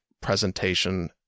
presentation